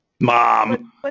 Mom